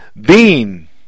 Bean